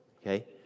okay